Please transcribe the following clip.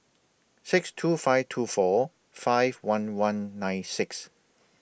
six two five two four five one one nine six